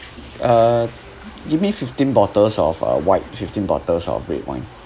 uh give me fifteen bottles of uh white fifteen bottles of red wine